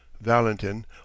Valentin